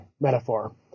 metaphor